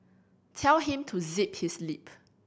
tell him to zip his lip